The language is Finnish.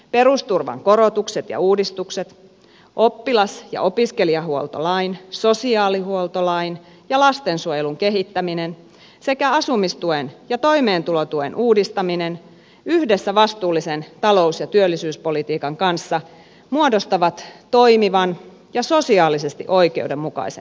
perusturvan korotukset ja uudistukset oppilas ja opiskelijahuoltolain sosiaalihuoltolain ja lastensuojelun kehittäminen sekä asumistuen ja toimeentulotuen uudistaminen yhdessä vastuullisen talous ja työllisyyspolitiikan kanssa muodostavat toimivan ja sosiaalisesti oikeudenmukaisen kokonaisuuden